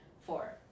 Four